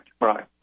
right